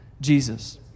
Jesus